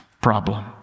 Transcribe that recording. problem